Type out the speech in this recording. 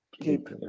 Keep